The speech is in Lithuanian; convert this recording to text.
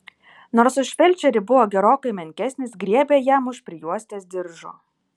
nors už felčerį buvo gerokai menkesnis griebė jam už prijuostės diržo